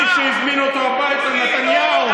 מי שהזמין אותו הביתה זה נתניהו.